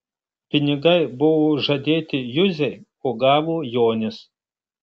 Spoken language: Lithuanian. pinigai buvo žadėti juzei o gavo jonis